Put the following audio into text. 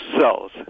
cells